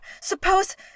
suppose